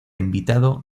invitado